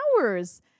hours